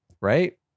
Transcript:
Right